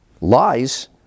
lies